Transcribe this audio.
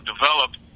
developed